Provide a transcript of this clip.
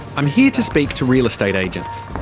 i'm here to speak to real estate agents.